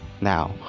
now